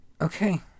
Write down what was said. Okay